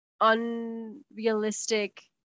unrealistic